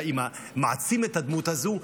מעצים את הדמות הזו,